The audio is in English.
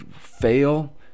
fail